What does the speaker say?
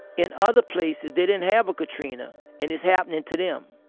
in other places, they didn't have a katrina, and it's happening to them.